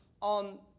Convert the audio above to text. on